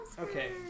Okay